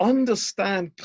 Understand